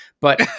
but-